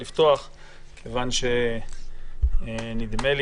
מכיוון שנדמה לי,